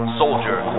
soldier